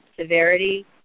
severity